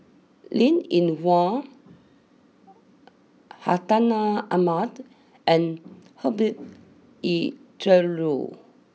Linn in Hua Hartinah Ahmad and Herbert Eleuterio